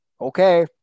okay